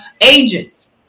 agents